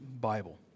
Bible